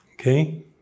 okay